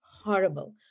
Horrible